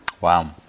Wow